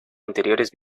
anteriores